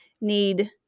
need